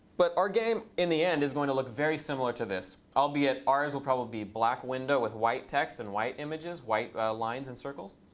but our game, in the end, is going to look very similar to this, albeit ours will probably be a black window with white text and white images, white lines and circles.